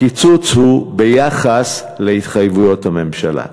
הקיצוץ הוא ביחס להתחייבויות הממשלה.